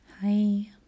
Hi